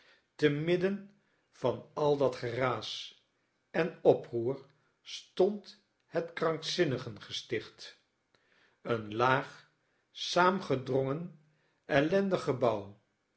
te midden van al dat geraas en oproer stond het krankzinnigengesticht een laag saamgedrongen ellendig